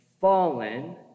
fallen